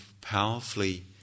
powerfully